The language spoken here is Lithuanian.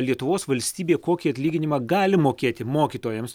lietuvos valstybė kokį atlyginimą gali mokėti mokytojams